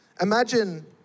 imagine